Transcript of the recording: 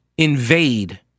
invade